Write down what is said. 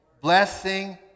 blessing